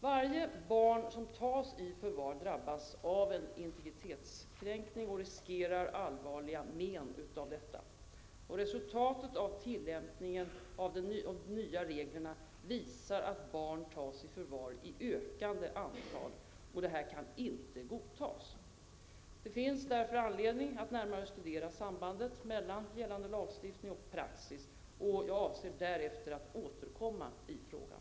Varje barn som tas i förvar drabbas av en integritetskränkning och riskerar allvarliga men av detta. Resultatet av tillämpningen av de nya reglerna visar att barn tas i förvar i ökande antal och detta kan inte godtas. Det finns därför anledning att närmare studera sambandet mellan gällande lagstiftning och praxis. Jag avser därefter att återkomma i frågan.